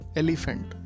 elephant